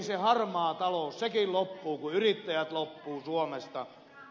se harmaa talous sekin loppuu kun yrittäjät loppuvat suomesta